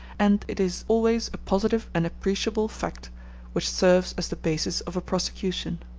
and it is always a positive and appreciable fact which serves as the basis of a prosecution.